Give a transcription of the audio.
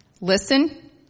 listen